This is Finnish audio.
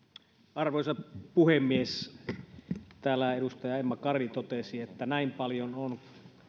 arvoisa puhemies täällä edustaja emma kari totesi että näin paljon on